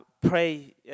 pray